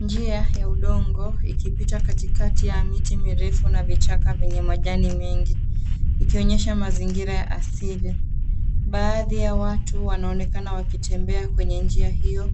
Njia ya udongo ikipita katikati ya miti mirefu na vichaka vyenye majani mengi ikionyesha mazingira ya asili. Baadhi ya watu wanaonekana wakitembea kwenye njia hio